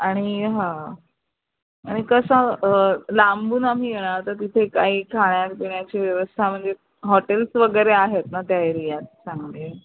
आणि हां आणि कसं लांबून आम्ही येणार तर तिथे काही खाण्यापिण्याची व्यवस्था म्हणजे हॉटेल्स वगैरे आहेत ना त्या एरियात चांगले